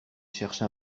cherche